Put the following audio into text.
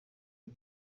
iyi